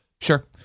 Sure